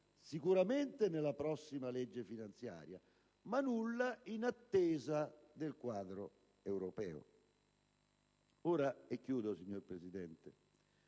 sicuramente non nella prossima legge finanziaria, ma nulla in attesa del quadro europeo. Signor Presidente,